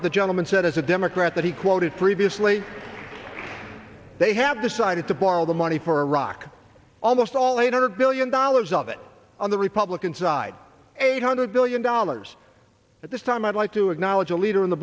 the gentleman said as a democrat that he quoted previously they have decided to borrow the money for iraq almost all eight hundred billion dollars of it on the republican side eight hundred billion dollars at this time i'd like to acknowledge a leader in the